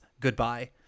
goodbye